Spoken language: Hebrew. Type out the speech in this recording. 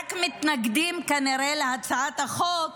שמתנגדים, כנראה, להצעת החוק